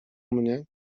mnie